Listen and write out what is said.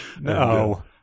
No